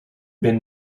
been